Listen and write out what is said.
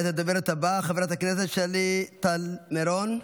הדוברת הבאה, חברת הכנסת שלי טל מירון,